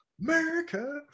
America